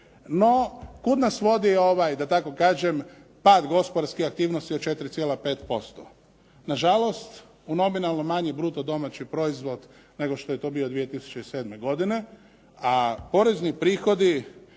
No, kud nas vodi ovaj da tako kažem pad gospodarskih aktivnosti od 4,5%? Nažalost, u nominalno manji bruto domaći proizvod nego što je to bio 2007. godine a porezni prihodi